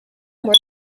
more